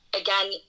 again